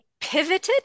pivoted